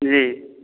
जी